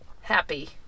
happy